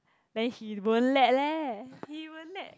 then he won't let leh he won't let